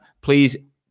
Please